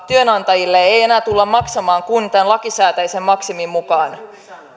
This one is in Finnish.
työnantajille ei enää tulla maksamaan kuin tämän lakisääteisen maksimin mukaan